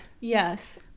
Yes